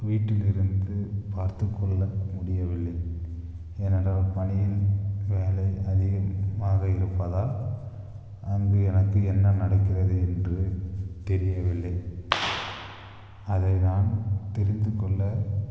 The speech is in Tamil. வீட்டில் இருந்து பார்த்துக்கொள்ள முடியவில்லை ஏனென்றால் பணியின் வேலை அதிகமாக இருப்பதால் அங்கு எனக்கு என்ன நடக்கிறது என்று தெரியவில்லை அதை நான் தெரிந்துக்கொள்ள